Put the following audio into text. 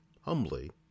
humbly